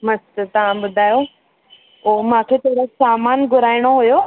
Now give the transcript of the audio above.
मस्त तव्हां ॿुधायो उहो मूंखे थोरो सामान घुराइणो हुयो